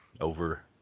over